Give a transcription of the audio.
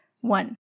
One